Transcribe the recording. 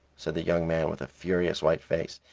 said the young man, with a furious white face.